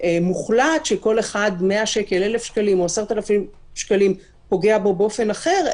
מוחלט שכל אחד זה פוגע בו באופן אחר,